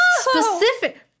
Specific